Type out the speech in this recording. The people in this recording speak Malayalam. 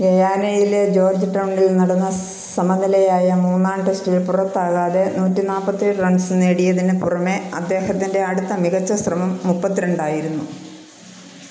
ഗയാനയിലെ ജോർജ് ടൗണിൽ നടന്ന സമനിലയായ മൂന്നാം ടെസ്റ്റിൽ പുറത്താകാതെ നൂറ്റി നാൽപ്പത്തി ഏഴ് റൺസ് നേടിയതിന് പുറമെ അദ്ദേഹത്തിന്റെ അടുത്ത മികച്ച ശ്രമം മുപ്പത്തി രണ്ടായിരുന്നു